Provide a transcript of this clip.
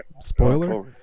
spoiler